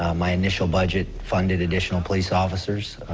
um my initial budget funded additional police officers,